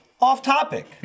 off-topic